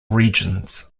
regions